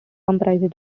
comprises